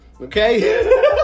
Okay